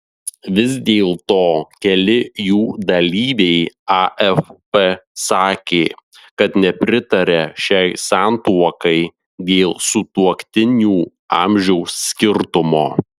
vis dėlto keli jų dalyviai afp sakė kad nepritaria šiai santuokai dėl sutuoktinių amžiaus skirtumo